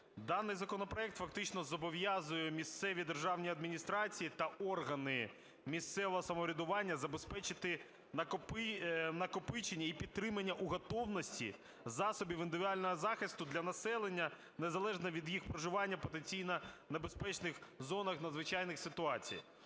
даний законопроект фактично зобов'язує місцеві державні адміністрації та органи місцевого самоврядування забезпечити накопичення і підтримання у готовності засобів індивідуального захисту для населення незалежно від їх проживання у потенційно небезпечних зонах з надзвичайних ситуацій.